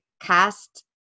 cast